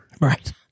Right